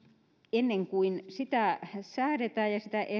ennen kuin sitä säädetään ja sitä ehdotusta